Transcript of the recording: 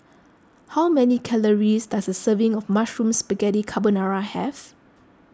how many calories does a serving of Mushroom Spaghetti Carbonara have